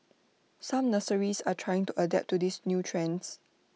some nurseries are trying to adapt to these new trends